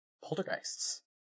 poltergeists